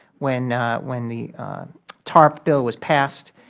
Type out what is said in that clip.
when when the tarp bill was passed,